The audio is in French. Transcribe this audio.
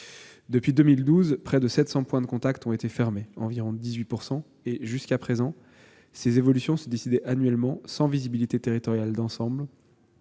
Depuis 2012, près de 700 points de contact ont été fermés, soit environ 18 % et, jusqu'à présent, ces évolutions se décidaient annuellement, sans visibilité territoriale d'ensemble